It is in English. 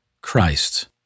Christ